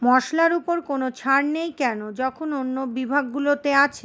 মশলার উপর কোনো ছাড় নেই কেন যখন অন্য বিভাগগুলোতে আছে